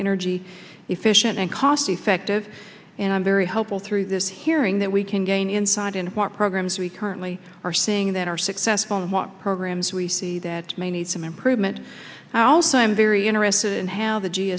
energy efficient and cost effective and i'm very hopeful through this hearing that we can gain insight into what programs we currently are seeing that are successful and what programs we see that may need some improvement also i'm very interested in how the g